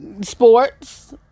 sports